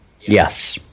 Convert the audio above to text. Yes